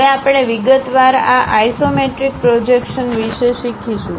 હવે આપણે વિગતવાર આ આઇસોમેટ્રિક પ્રોજેક્શન વિશે શીખીશું